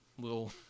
little